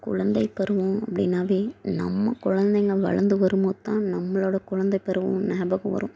குழந்தை பருவம் அப்படினாவே நம்ம குழந்தைங்க வளர்ந்து வரும்போது தான் நம்மளோட குழந்தை பருவம் ஞாபகம் வரும்